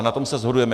Na tom se shodujeme.